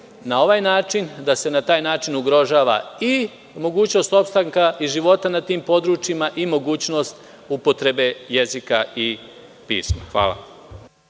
na ovaj način, da se na taj način ugrožava i mogućnost opstanka i života na tim područjima i mogućnost upotrebe jezika i pisma. Hvala.